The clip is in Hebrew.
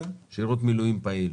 שירות מילואים פעיל?